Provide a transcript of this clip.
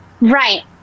right